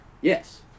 Yes